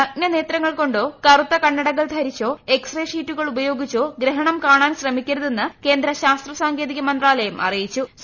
നഗ്നനേത്രങ്ങൾ കൊണ്ട്ട്ട് കറുത്ത കണ്ണടകൾ ധരിച്ചോ എക്സ്റേ ഷീറ്റുകൾ ഉപ്പെയോഗിച്ചോ ഗ്രഹണം കാണാൻ ശ്രമിക്ക രുതെന്ന് കേന്ദ്ര ശാസ്ത്ര്ത് സാങ്കേതിക മന്ത്രാലയം മുന്നറിയിപ്പ് നൽകി